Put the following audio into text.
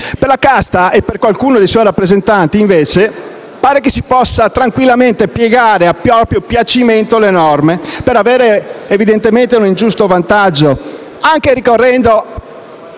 Per la casta e per qualcuno dei suoi rappresentanti, invece, pare si possano tranquillamente piegare a proprio piacimento le norme per avere, evidentemente, un ingiusto vantaggio, anche ricorrendo